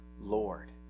Lord